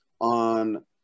on